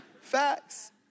Facts